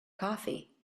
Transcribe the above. coffee